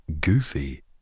Goofy